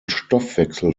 stoffwechsel